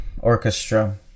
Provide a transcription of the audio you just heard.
Orchestra